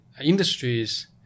industries